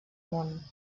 món